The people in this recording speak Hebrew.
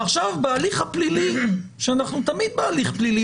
ועכשיו בהליך הפלילי אנחנו תמיד בהליך פלילי